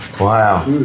Wow